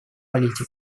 политики